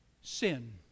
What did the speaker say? Sin